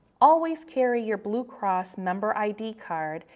always carry your blue cross member id card,